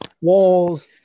walls